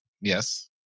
Yes